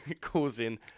causing